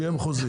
שיהיה מחוזית.